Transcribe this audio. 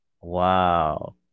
Wow